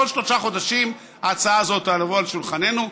כל שלושה חודשים ההצעה הזאת תבוא על שולחננו,